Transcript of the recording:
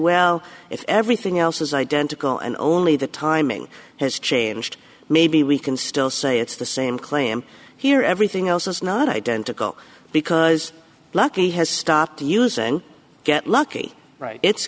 well if everything else is identical and only the timing has changed maybe we can still say it's the same claim here everything else is not identical because lucky has stopped using get lucky right it's